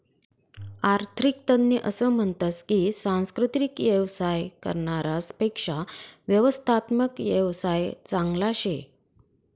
आरर्थिक तज्ञ असं म्हनतस की सांस्कृतिक येवसाय करनारास पेक्शा व्यवस्थात्मक येवसाय चांगला शे